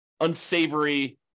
unsavory